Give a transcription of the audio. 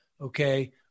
okay